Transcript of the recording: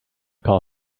call